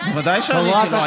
ודאי שעניתי לו.